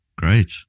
Great